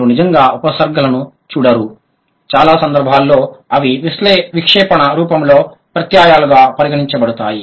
మీరు నిజంగా ఉపసర్గలను చూడరు చాలా సందర్భాలలో అవి విక్షేపణ రూపంలో ప్రత్యయాలుగా పరిగణించబడతాయి